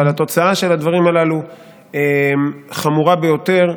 אבל התוצאה של הדברים הללו חמורה ביותר.